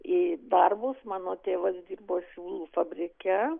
į darbus mano tėvas dirbo siūlų fabrike